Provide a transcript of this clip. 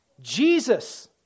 Jesus